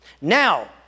Now